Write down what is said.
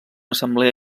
assemblea